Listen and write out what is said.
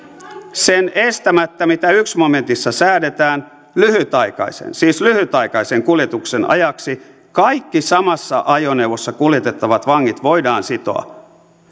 sen estämättä mitä ensimmäisessä momentissa säädetään lyhytaikaisen siis lyhytaikaisen kuljetuksen ajaksi kaikki samassa ajoneuvossa kuljetettavat vangit voidaan sitoa